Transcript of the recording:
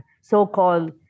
so-called